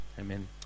amen